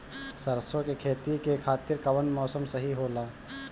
सरसो के खेती के खातिर कवन मौसम सही होला?